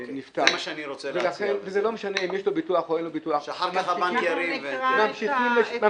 שנפטר ולכן זה לא משנה אם יש לו ביטוח או אין לו ביטוח ממשיכים לשלם.